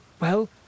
Well